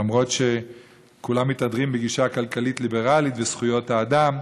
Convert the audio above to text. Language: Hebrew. למרות שכולם מתהדרים בגישה כלכלית ליברלית ובזכויות האדם,